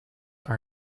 are